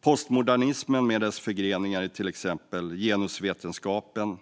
Postmodernismen och dess förgreningar i till exempel genusvetenskapen